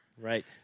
right